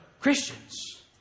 Christians